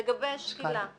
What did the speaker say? לגבי שקילה.